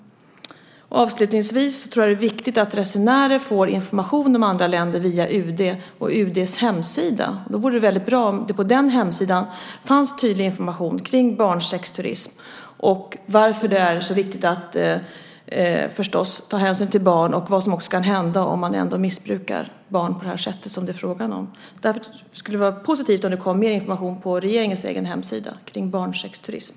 Avslutningsvis tror jag att det är viktigt att resenärer får information om andra länder via UD och UD:s hemsida. Då vore det väldigt bra om det på den hemsidan fanns tydlig information om barnsexturism och om varför det är så viktigt att ta hänsyn till barn och vad som kan hända om man ändå missbrukar barn på det sätt som det är fråga om. Därför skulle det vara positivt om det kom mer information på regeringens egen hemsida om barnsexturism.